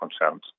concerns